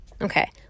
Okay